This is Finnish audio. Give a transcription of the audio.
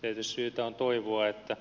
tietysti syytä on toivoa että